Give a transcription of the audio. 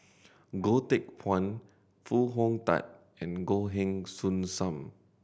Goh Teck Phuan Foo Hong Tatt and Goh Heng Soon Sam